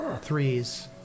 Threes